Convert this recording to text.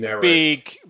big